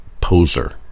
poser